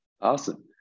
Awesome